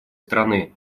страны